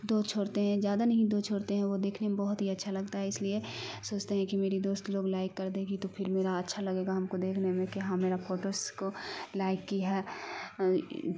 دو چھوڑتے ہیں زیادہ نہیں دو چھوڑتے ہیں وہ دیکھنے میں بہت ہی اچھا لگتا ہے اس لیے سوچتے ہیں کہ میری دوست لوگ لائک کر دے گی تو پھر میرا اچھا لگے گا ہم کو دیکھنے میں کہ ہاں میرا پھوٹوس کو لائک کی ہے